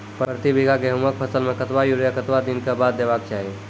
प्रति बीघा गेहूँमक फसल मे कतबा यूरिया कतवा दिनऽक बाद देवाक चाही?